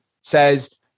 says